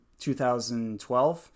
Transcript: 2012